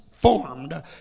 Formed